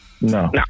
no